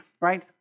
right